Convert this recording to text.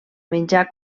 menjar